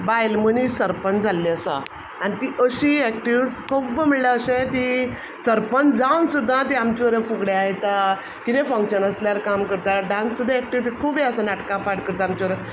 बायल मनीस सरपंच जाल्ली आसा आनी ती अशी एक्टिव्ह खूब म्हणल्यार अशें ती सरपंच जावून सुद्दां ती आमचे वांगडां फुगड्यां येता कितें फंकशन आसल्यार काम करता डांस सुद्दां ती एक्टिव्ह खूब यें आसा नाटकां पार्ट करता आमच्या बारा